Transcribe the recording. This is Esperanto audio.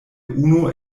unu